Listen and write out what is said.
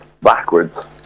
backwards